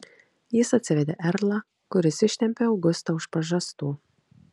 jis atsivedė erlą kuris ištempė augustą už pažastų